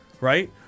Right